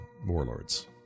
warlords